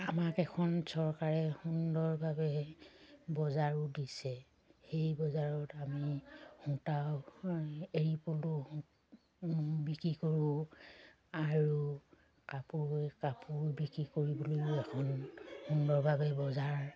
আমাক এখন চৰকাৰে সুন্দৰভাৱে বজাৰো দিছে সেই বজাৰত আমি সূতা এৰী পলু বিক্ৰী কৰোঁ আৰু কাপোৰ কাপোৰ বিক্ৰী কৰিবলৈও এখন সুন্দৰভাৱে বজাৰ